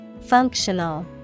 Functional